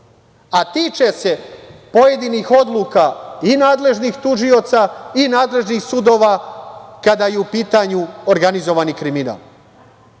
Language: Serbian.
a tiče se pojedinih odluka i nadležnih tužioca i nadležnih sudova kada je u pitanju organizovani kriminal. Mi